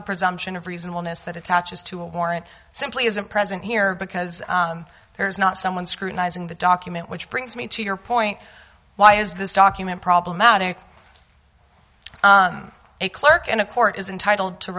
the presumption of reasonableness that attaches to a warrant simply isn't present here because there is not someone scrutinizing the document which brings me to your point why is this document problematic a clerk in a court is entitled to